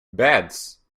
beds